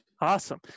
awesome